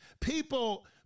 People